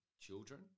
children